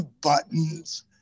buttons